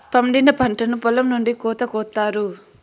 పండిన పంటను పొలం నుండి కోత కొత్తారు